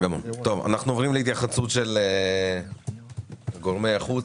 נעבור להתייחסות גורמי החוץ.